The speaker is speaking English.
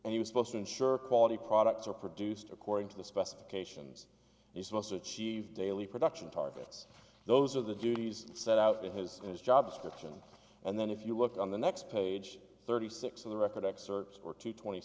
and he was supposed to ensure quality products are produced according to the specifications these must achieve daily production targets those are the duties set out in his in his job description and then if you look on the next page thirty six of the record excerpts or two twenty